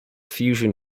fusion